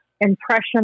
impression